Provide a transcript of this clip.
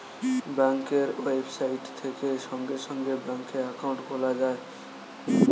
ব্যাঙ্কের ওয়েবসাইট থেকে সঙ্গে সঙ্গে ব্যাঙ্কে অ্যাকাউন্ট খোলা যায়